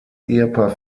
ehepaar